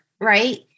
right